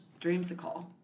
dreamsicle